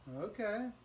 Okay